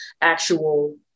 actual